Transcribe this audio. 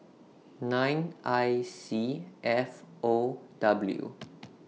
nine I C F O W